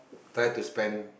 try to spend